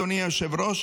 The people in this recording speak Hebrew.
אדוני היושב-ראש,